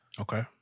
Okay